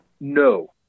No